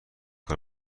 کار